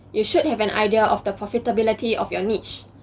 you should have an idea of the profitability of your niche.